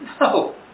No